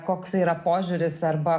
koks yra požiūris arba